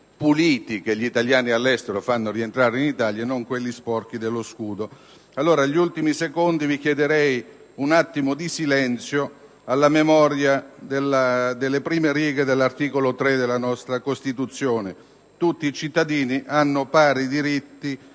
puliti che gli italiani all'estero fanno rientrare in Italia (non quelli sporchi dello scudo). Allora pregherei di rispettare un attimo di silenzio alla memoria delle prime righe dell'articolo 3 della nostra Costituzione: «Tutti i cittadini hanno pari dignità